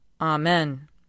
Amen